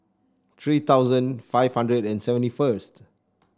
three thousand five hundred and seventy first